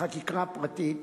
החקיקה הפרטית,